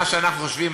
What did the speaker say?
מה שאנחנו חושבים,